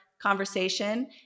conversation